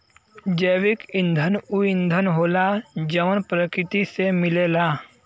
जैविक ईंधन ऊ ईंधन होला जवन प्रकृति से मिलेला